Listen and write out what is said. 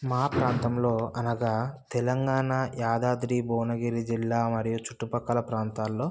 మా ప్రాంతంలో అనగా తెలంగాణ యాదాద్రి భువనగిరి జిల్లా మరియు చుట్టు పక్కల ప్రాంతాల్లో